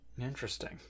Interesting